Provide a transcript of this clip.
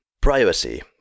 privacy